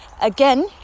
again